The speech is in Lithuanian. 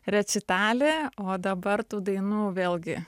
rečitalį o dabar tų dainų vėlgi